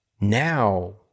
now